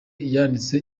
yanditse